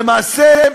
למעשה,